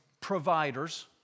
providers